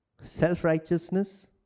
Self-righteousness